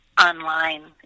online